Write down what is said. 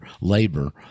labor